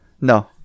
No